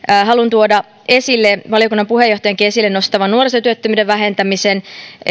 tuoda esille valiokunnan puheenjohtajankin esille nostaman nuorisotyöttömyyden vähentämisen